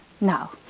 now